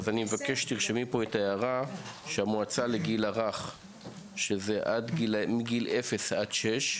אבקש שתרשמי פה הערה שהמועצה לגיל הרך מגיל אפס עד שש,